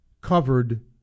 covered